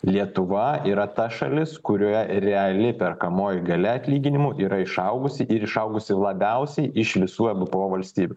lietuva yra ta šalis kurioje reali perkamoji galia atlyginimų yra išaugusi ir išaugusi labiausiai iš visų ebpo valstybių